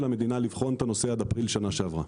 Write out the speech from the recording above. המדינה לבחון את הנושא עד אפריל שנה שעברה.